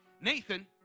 Nathan